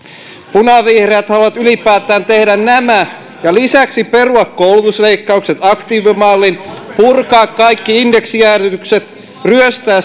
punavihreät haluavat ylipäätään tehdä nämä ja lisäksi perua koulutusleikkaukset aktiivimallin purkaa kaikki indeksijäädytykset ryöstää